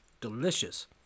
delicious